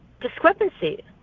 discrepancy